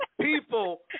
people